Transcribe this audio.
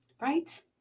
Right